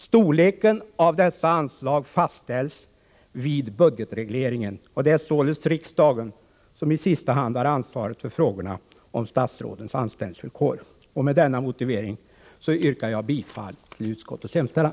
Storleken av dessa anslag fastställs vid budgetregleringen. Det är således riksdagen som i sista hand har ansvaret för frågorna om statsrådens anställningsvillkor. Med denna motivering yrkar jag bifall till utskottets hemställan.